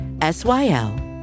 S-Y-L